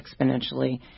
exponentially